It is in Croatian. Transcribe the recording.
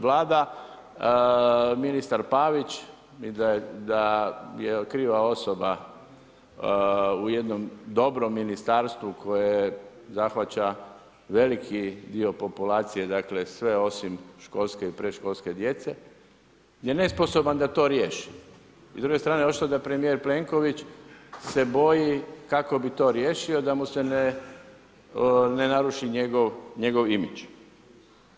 Vlada, ministar Pavić da je kriva osoba u jednom dobrom Ministarstvu koje zahvaća veliki dio populacije, dakle sve osim školske i predškolske djece je nesposoban da to riješi i s druge strane, očito da premijer Plenković se boji kako bi to riješio da mu se ne naruši njegov imidž.